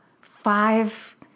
five